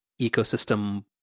ecosystem